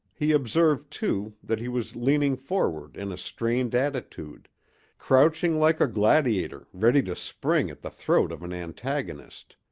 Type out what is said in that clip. he observed, too, that he was leaning forward in a strained attitude crouching like a gladiator ready to spring at the throat of an antagonist.